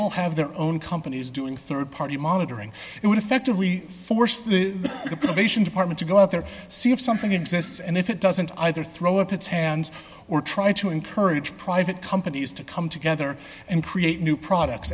all have their own companies doing rd party monitoring it would effectively force the probation department to go out there see if something exists and if it doesn't either throw up its hands or try to encourage private companies to come together and create new products